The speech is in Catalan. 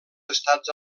estats